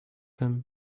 him